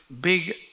big